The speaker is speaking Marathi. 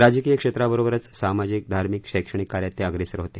राजकीय क्षेत्राबरोबरच सामाजिक धार्मिक शैक्षणिक कार्यात ते अप्रेसर होते